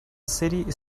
serie